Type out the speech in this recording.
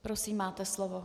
Prosím, máte slovo.